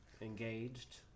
engaged